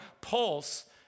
pulse